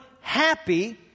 happy